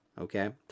okay